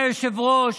אדוני היושב-ראש,